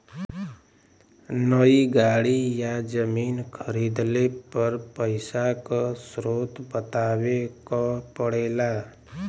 नई गाड़ी या जमीन खरीदले पर पइसा क स्रोत बतावे क पड़ेला